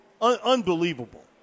unbelievable